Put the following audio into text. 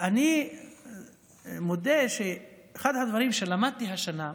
אני מודה שאחד הדברים שלמדתי השנה,